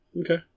Okay